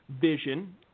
vision